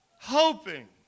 hoping